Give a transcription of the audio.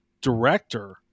director